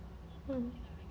mm